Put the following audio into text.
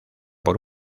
por